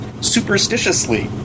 superstitiously